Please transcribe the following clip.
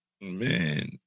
man